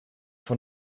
von